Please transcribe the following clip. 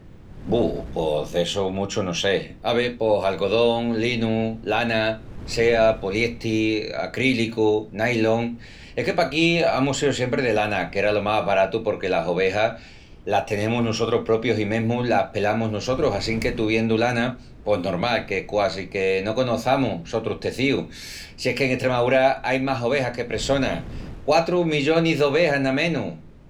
Bu, pos d'essu muchu no sé. Ave, pos algodón, linu, lana, sea, poliesti, acrílicu, nailon. Es que paquí amus síu siempri de lana que era lo más baratu porque las ovejas las tenemus nusotrus propius i mesmu las pelamus nusotrus assinque tuviendu lana pos normal que quasi que no conoçamus sotrus tecíus. Si es que en Estremáúra ain más ovejas que pressonas. Quatru millonis d'ovejas ná menus!